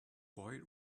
boy